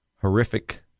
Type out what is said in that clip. horrific